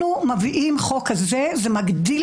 כרגע מונח על השולחן כל מה שעבר בקריאה הראשונה.